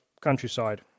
countryside